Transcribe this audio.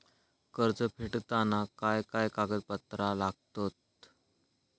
कर्ज फेडताना काय काय कागदपत्रा लागतात?